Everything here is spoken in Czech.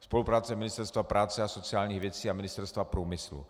Spolupráce Ministerstva práce a sociálních věcí a Ministerstva průmyslu.